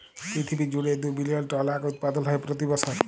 পিরথিবী জুইড়ে দু বিলিয়ল টল আঁখ উৎপাদল হ্যয় প্রতি বসর